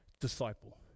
disciple